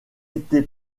été